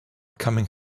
coming